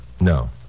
No